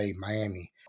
Miami